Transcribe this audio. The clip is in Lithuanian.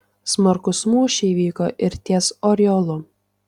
smarkūs mūšiai vyko ir ties oriolu